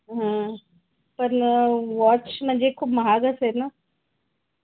ह पण वॉच म्हणजे खूप महाग असेल ना